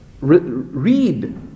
read